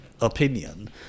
opinion